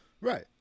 Right